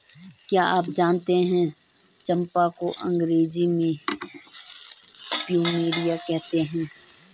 क्या आप जानते है चम्पा को अंग्रेजी में प्लूमेरिया कहते हैं?